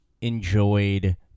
enjoyed